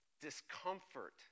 discomfort